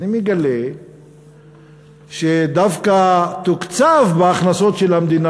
ואני מגלה שדווקא תוקצבו בהכנסות של המדינה